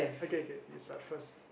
okay okay you start first